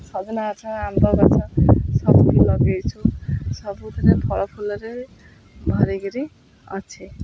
ସଜନା ଗଛ ଆମ୍ବ ଗଛ ସବୁଠି ଲଗେଇଛୁ ସବୁଥିରେ ଫଳ ଫୁଲରେ ଭରିକିରି ଅଛି